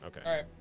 Okay